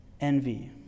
Envy